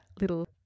little